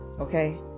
Okay